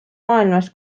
maailmast